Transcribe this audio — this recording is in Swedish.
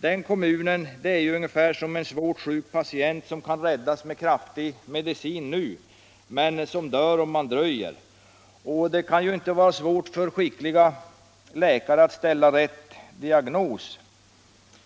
Denna kommun är ungefär som en svårt sjuk patient, som kan räddas med kraftig medicin nu men som dör om man dröjer. Det kan ibland vara svårt för en skicklig läkare att ställa rätt diagnos